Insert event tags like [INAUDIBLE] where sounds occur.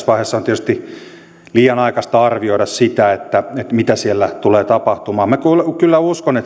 [UNINTELLIGIBLE] vaiheessa on tietysti liian aikaista arvioida sitä mitä siellä tulee tapahtumaan minä kyllä uskon [UNINTELLIGIBLE]